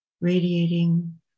Radiating